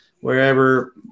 wherever